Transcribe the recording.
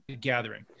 gathering